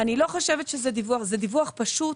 זה דיווח פשוט